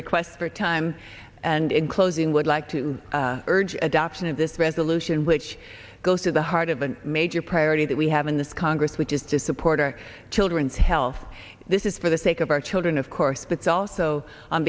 request for time and in closing would like to urge adoption of this resolution which goes to the heart of the major priority that we have in this congress which is to support our children's health this is for the sake of our children of course that's also on